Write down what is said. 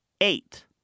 Eight